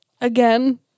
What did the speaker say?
again